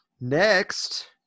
Next